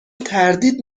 تردید